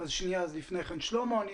שלמה דולברג,